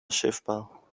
schiffbar